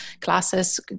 classes